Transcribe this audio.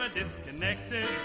Disconnected